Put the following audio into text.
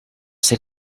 ser